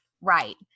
right